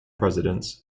presidents